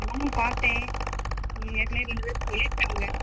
நானும் பார்த்தேன் ஏற்கனவே ரெண்டுப் பேர் சொல்லியிருக்காங்க